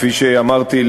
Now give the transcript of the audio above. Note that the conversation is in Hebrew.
כפי שאמרתי,